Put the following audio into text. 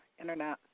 internet